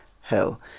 hell